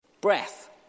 breath